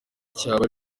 cyaba